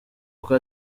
kuko